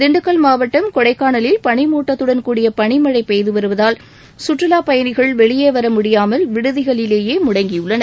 திண்டுக்கல் மாவட்டம் கொடைக்கானலில் பனிமூட்டத்துடன் கூடிய பனி மழை பெய்து வருவதால் சுற்றுலா பயணிகள் வெளியே வர முடியாமல் விடுதிகளிலேயே முடங்கியுள்ளனர்